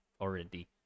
already